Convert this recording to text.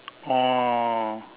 oh